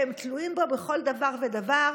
שהם תלויים בו בכל דבר ודבר,